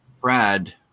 Brad